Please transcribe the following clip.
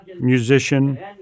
musician